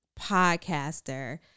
podcaster